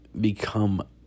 become